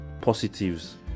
positives